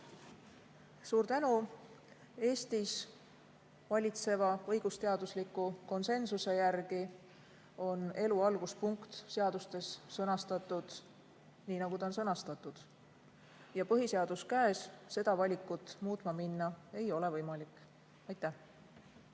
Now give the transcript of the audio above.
Suur tänu! Eestis valitseva õigusteadusliku konsensuse järgi on elu alguspunkt seadustes sõnastatud nii, nagu ta on sõnastatud. Ja, põhiseadus käes, seda valikut muutma minna ei ole võimalik. Aivar